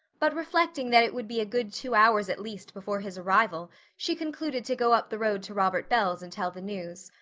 but reflecting that it would be a good two hours at least before his arrival she concluded to go up the road to robert bell's and tell the news.